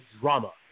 drama